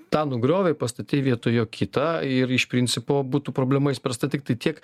tą nugriovė pastatei vietoj jo kitą ir iš principo būtų problema išspręsta tiktai tiek